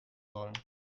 sollen